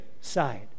side